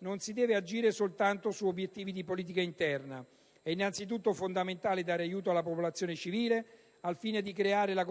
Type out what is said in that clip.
non si deve agire soltanto su obiettivi di politica interna. È innanzitutto fondamentale dare un aiuto alla popolazione civile al fine di creare nel